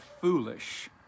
foolish